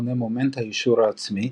מכונה מומנט היישור העצמי,